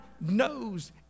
knows